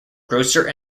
grocer